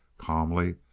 calmly,